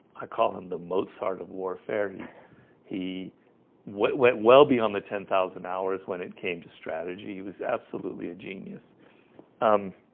i call him the mozart of warfare he he went well beyond the ten thousand hours when it came to strategy. he was absolutely a genius um